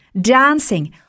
dancing